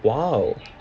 !wow!